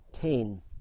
Cain